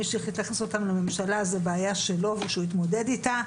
מי שהחליט להכניס אותם לממשלה זו בעיה שלו ושהוא יתמודד אותה,